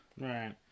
right